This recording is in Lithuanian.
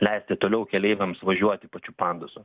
leisti toliau keleiviams važiuoti pačiu pandusu